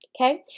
Okay